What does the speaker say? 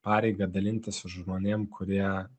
pareigą dalintis su žmonėm kurie